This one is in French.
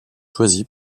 choisi